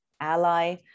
ally